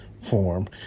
form